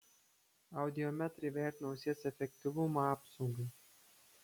audiometrai vertina ausies efektyvumą apsaugai